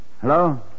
Hello